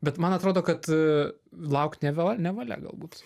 bet man atrodo kad laukt neva ne valia galbūt